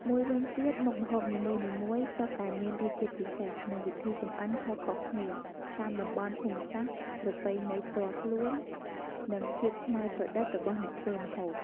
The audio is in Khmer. មួយវិញទៀត មុខម្ហូបនីមួយៗសុទ្ធតែមានរសជាតិពិសេស និងវិធីចម្អិនខុសៗគ្នា តាមតំបន់ភូមិសាស្ត្រ ប្រពៃណីផ្ទាល់ខ្លួន និងភាពច្នៃប្រឌិតរបស់អ្នកធ្វើម្ហូប។